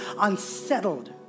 unsettled